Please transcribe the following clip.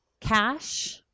cash